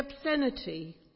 obscenity